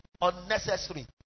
unnecessary